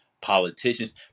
politicians